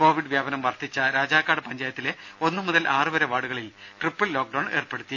Covid വ്യാപനം വർധിച്ച രാജാക്കാട് പഞ്ചായത്തിലെ ഒന്നു മുതൽ ആറു വരെ വാർഡുകളിൽ ട്രിപ്പിൾ ലോക്ക്ഡൌൺ ഏർപ്പെടുത്തി